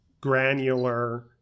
granular